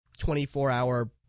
24-hour